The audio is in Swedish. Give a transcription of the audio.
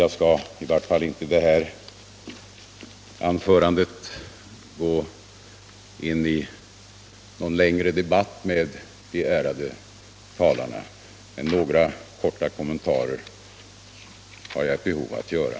Jag skall i varje fall inte i det här anförandet gå in i någon längre debatt med de ärade talarna, men några korta kommentarer har jag ett behov av att göra.